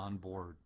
on board